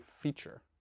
feature